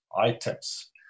items